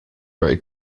very